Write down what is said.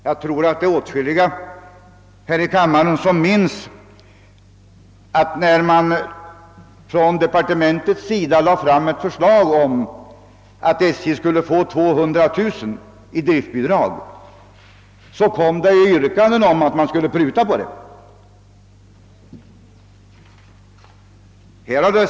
Jag tror att åtskilliga av kammarens ledamöter minns att när departementet lade fram ett förslag om att SJ skulle få 200 miljoner kronor i drviftbidrag framställdes yrkanden om att man skulle pruta därpå.